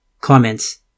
Comments